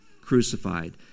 Crucified